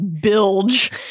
bilge